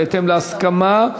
בהתאם להסכמה,